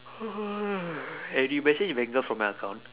eh did you message vanga for my account